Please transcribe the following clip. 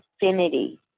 infinity